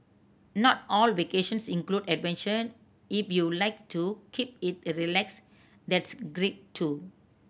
not all vacations include adventure if you like to keep it a relaxed that's great too